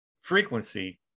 frequency